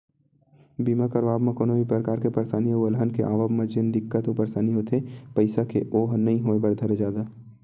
बीमा करवाब म कोनो भी परकार के परसानी अउ अलहन के आवब म जेन दिक्कत अउ परसानी होथे पइसा के ओहा नइ होय बर धरय जादा